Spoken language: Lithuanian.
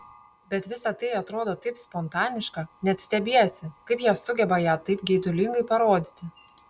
bet visa tai atrodo taip spontaniška net stebiesi kaip jie sugeba ją taip geidulingai parodyti